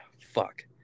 fuck